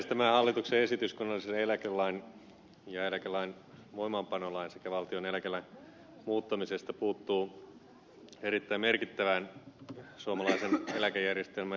tämä hallituksen esitys kunnallisen eläkelain ja eläkelain voimaanpanolain sekä valtion eläkelain muuttamisesta puuttuu erittäin merkittävään suomalaisen eläkejärjestelmän epäkohtaan